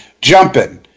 jumping